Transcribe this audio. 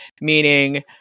meaning